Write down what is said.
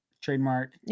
Trademark